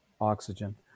oxygen